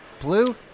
blue